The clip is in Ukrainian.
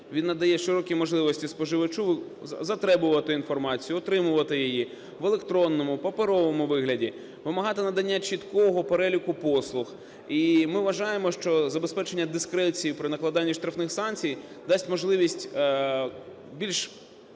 він надає широкі можливості споживачу затребувати інформацію, отримувати її в електронному, паперовому вигляді, вимагати надання чіткого переліку послуг і ми вважаємо, що забезпечення дискреції при накладанні штрафних санкцій дасть можливість більш